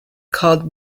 called